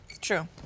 True